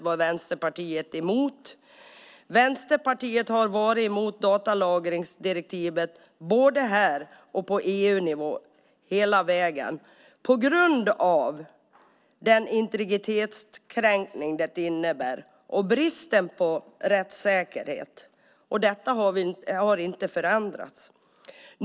Vänsterpartiet har hela vägen varit emot datalagringsdirektivet både här och på EU-nivå på grund av den integritetskränkning det innebär och bristen på rättssäkerhet. Detta har inte förändrats.